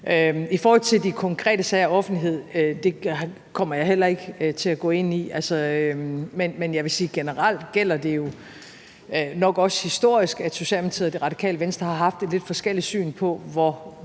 I forhold til de konkrete sager og offentlighed kommer jeg heller ikke til at gå ind i det. Men jeg vil jo sige, at det nok også generelt gælder historisk, at Socialdemokratiet og Radikale Venstre har haft et lidt forskelligt syn på, hvor